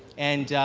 and,